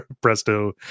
Presto